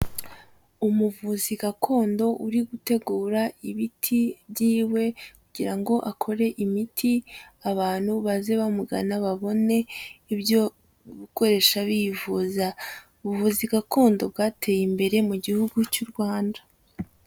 Umuvuzi gakondo uri gutegura ibiti byiwe kugira ngo akore imiti abantu baze bamugana babone ibyo gukoresha bivuza, ubuvuzi gakondo bwateye imbere mu gihugu cy'u Rwanda.